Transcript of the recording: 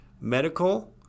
medical